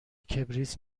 کبریت